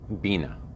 Bina